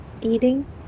Eating